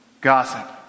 Gossip